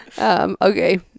Okay